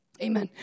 amen